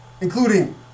including